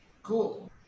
Cool